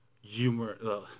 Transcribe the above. humor